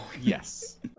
Yes